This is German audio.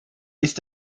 ist